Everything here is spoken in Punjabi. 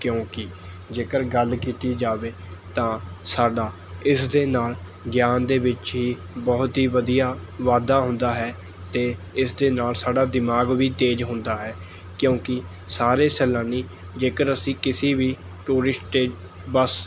ਕਿਉਂਕਿ ਜੇਕਰ ਗੱਲ ਕੀਤੀ ਜਾਵੇ ਤਾਂ ਸਾਡਾ ਇਸ ਦੇ ਨਾਲ਼ ਗਿਆਨ ਦੇ ਵਿੱਚ ਹੀ ਬਹੁਤ ਹੀ ਵਧੀਆ ਵਾਧਾ ਹੁੰਦਾ ਹੈ ਅਤੇ ਇਸ ਦੇ ਨਾਲ਼ ਸਾਡਾ ਦਿਮਾਗ਼ ਵੀ ਤੇਜ਼ ਹੁੰਦਾ ਹੈ ਕਿਉਂਕਿ ਸਾਰੇ ਸੈਲਾਨੀ ਜੇਕਰ ਅਸੀਂ ਕਿਸੀ ਵੀ ਟੂਰਿਸਟ ਬਸ